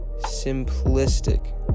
simplistic